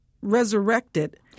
resurrected